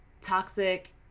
toxic